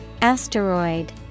Asteroid